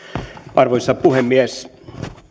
arvoisa puhemies